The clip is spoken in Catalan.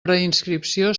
preinscripció